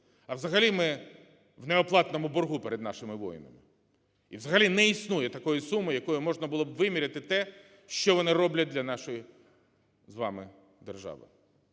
А взагалі ми в неоплатному боргу перед нашими воїнами. Взагалі не існує такої суми, якою можна було б виміряти те, що вони роблять для нашої з вами держави.